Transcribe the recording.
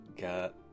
got